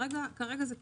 כרגע זה טכני.